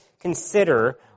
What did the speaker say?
consider